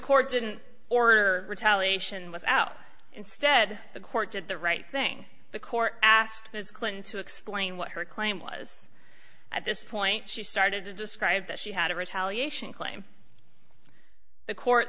court didn't order retaliation was out instead the court did the right thing the court asked ms clinton to explain what her claim was at this point she started to describe that she had a retaliation claim the court